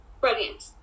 brilliant